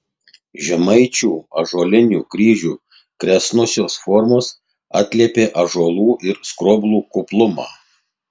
žemaičių ąžuolinių kryžių kresnosios formos atliepia ąžuolų ir skroblų kuplumą